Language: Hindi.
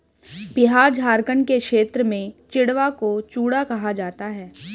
बिहार झारखंड के क्षेत्र में चिड़वा को चूड़ा कहा जाता है